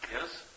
yes